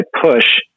push